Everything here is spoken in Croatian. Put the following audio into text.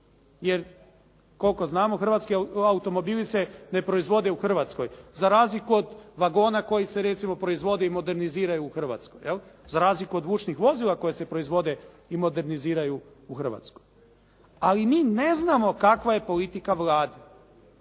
Jer koliko znamo hrvatski automobili se ne proizvode u Hrvatskoj, za razliku od vagona koji se recimo proizvode i moderniziraju u Hrvatskoj, za razliku od vučnih vozila koja se proizvode i moderniziraju u Hrvatskoj. Ali mi ne znamo kakva je politika Vlade.